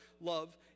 love